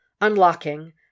Unlocking